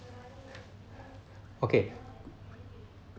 okay